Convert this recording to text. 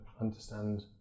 understand